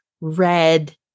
red